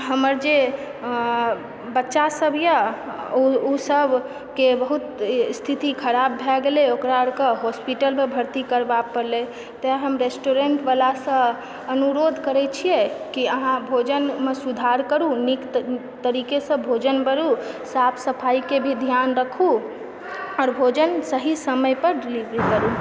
हमर जे बच्चा सभ यऽ ओकर सभके बहुत स्थिति खराब भए गेलै ओकरा ओओर के हॉस्पिटल मे भर्ति करब पड़लै तऽ हम रेस्टोरेन्ट बलासँ अनुरोध करै छियै कि अहाँ भोजनमे सुधार करू नीक नीक तरीकासँ भोजन करू साफ सफाइ के भी ध्यान राखू आओर भोजन सही समय पर डिलिवरी करू